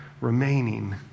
remaining